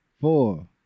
four